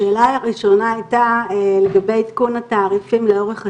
השאלה הראשונה היתה לגבי עדכון התעריפים לאורך השנים.